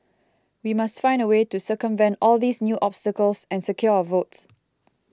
we must find a way to circumvent all these new obstacles and secure our votes